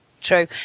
true